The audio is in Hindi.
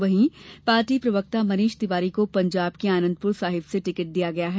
वहीं पार्टी प्रवक्ता मनीष तिवारी को पंजाब के आनंदपुर साहिब से टिकट दिया गया है